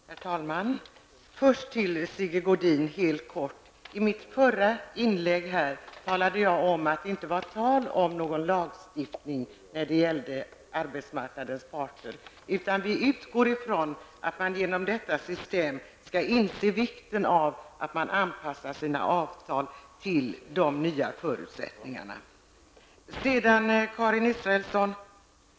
Herr talman! Först helt kort några ord till Sigge Godin. I mitt förra inlägg talade jag om att det inte handlade om en lagstiftning när det gäller arbetsmarknadens parter. I stället utgår vi från att man genom detta system skall inse vikten av att man anpassar sina avtal till de nya förutsättningarna. Sedan vänder jag mig till Karin Israelsson.